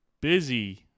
busy